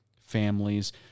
families